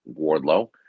Wardlow